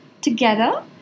together